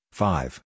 five